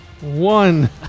One